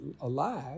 alive